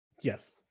Yes